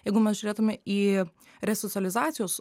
jeigu mes žiūrėtume į resocializacijos